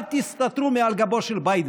אל תסתתרו מאחורי גבו של ביידן.